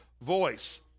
voice